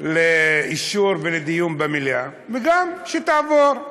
לאישור ולדיון במליאה, וגם שתעבור.